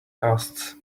casts